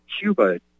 cuba